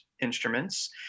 instruments